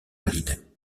valide